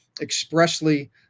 expressly